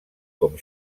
com